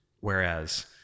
whereas